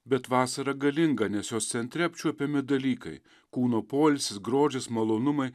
bet vasara galinga nes jos centre apčiuopiami dalykai kūno poilsis grožis malonumai